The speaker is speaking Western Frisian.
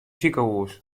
sikehûs